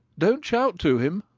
don't shout to him!